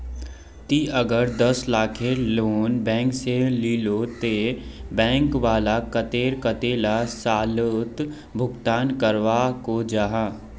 ती अगर दस लाखेर लोन बैंक से लिलो ते बैंक वाला कतेक कतेला सालोत भुगतान करवा को जाहा?